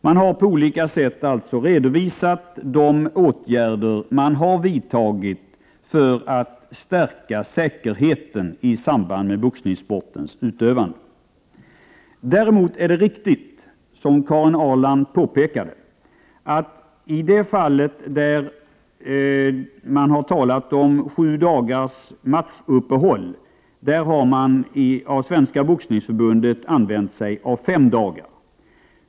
Man har alltså på olika sätt redovisat de åtgärder som har vidtagits för att stärka säkerheten i samband med boxningssportens utövande. Däremot är det riktigt, som Karin Ahrland påpekade, att Svenska boxningsförbundet har tillämpat matchuppehåll på fem dagar trots att det har talats om sju dagar.